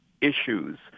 issues